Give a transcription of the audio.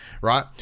right